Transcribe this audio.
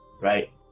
right